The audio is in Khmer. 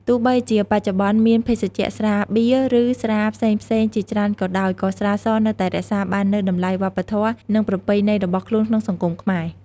ទោះបីជាបច្ចុប្បន្នមានភេសជ្ជៈស្រាបៀរ ឬស្រាផ្សេងៗជាច្រើនក៏ដោយ ក៏ស្រាសនៅតែរក្សាបាននូវតម្លៃវប្បធម៌ និងប្រពៃណីរបស់ខ្លួនក្នុងសង្គមខ្មែរ។